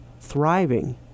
thriving